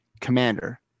commander